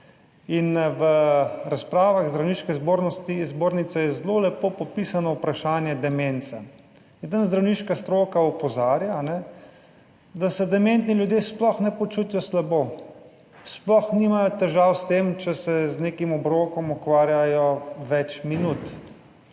In v razpravah Zdravniške zbornice je zelo lepo popisano vprašanje demence in tam zdravniška stroka opozarja, da se dementni ljudje sploh ne počutijo slabo, sploh nimajo težav s tem, če se z nekim obrokom ukvarjajo več minut,